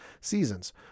seasons